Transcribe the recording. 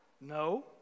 No